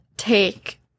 take